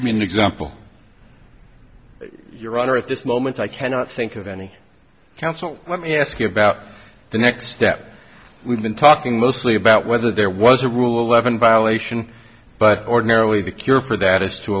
mean example your honor at this moment i cannot think of any counsel let me ask you about the next step we've been talking mostly about whether there was a rule eleven violation but ordinarily the cure for that is to